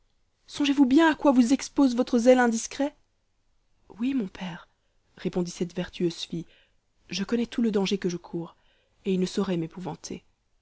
songez-vous bien à quoi vous expose votre zèle indiscret oui mon père répondit cette vertueuse fille je connais tout le danger que je cours et il ne saurait